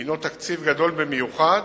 הינו תקציב גדול במיוחד,